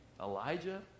Elijah